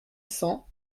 cents